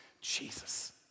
Jesus